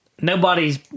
nobody's